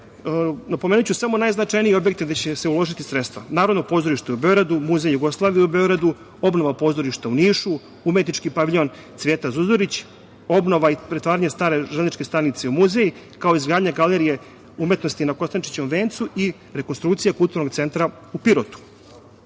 napomenuću samo najznačajnije objekte gde će se uložiti sredstva, Narodno pozorište u Beogradu, Muzej Jugoslavije u Beogradu, obnova pozorišta u Nišu, Umetnički paviljon „Cvijeta Zuzorić“, obnova i pretvaranje stare železničke stanice u muzej, kao i izgradnja galerije umetnosti na Kosančićevom vencu i rekonstrukcija Kulturnog centra u Pirotu. Kada